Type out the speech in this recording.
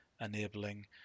enabling